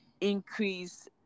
increase